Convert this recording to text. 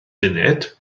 funud